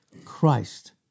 Christ